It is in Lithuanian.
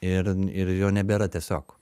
ir ir jo nebėra tiesiog